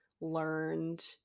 learned